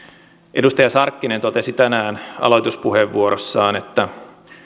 edustaja sarkkinen totesi tänään aloituspuheenvuorossaan että